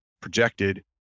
projected